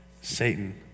Satan